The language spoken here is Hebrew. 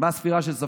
מה הספירה שהם ספרו,